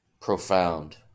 profound